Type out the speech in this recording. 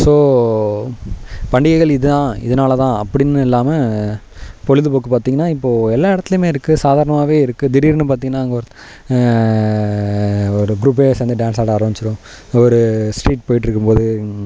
so பண்டிகைகள் இது தான் இதனால தான் அப்படின்னு இல்லாமல் பொழுதுப்போக்கு பார்த்தீங்கனா இப்போது எல்லா இடத்துலையுமே இருக்குது சாதாரணமாகவே இருக்குது திடிர்னு பார்த்தீங்கனா அங்கே ஒரு ஒரு குரூப்பே சேர்ந்து டான்ஸ் ஆட ஆரமிச்சிடும் ஒரு ஸ்ட்ரீட் போயிகிட்ருக்கும் போது